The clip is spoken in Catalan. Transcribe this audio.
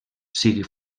sigui